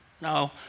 no